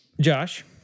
Josh